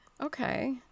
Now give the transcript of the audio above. Okay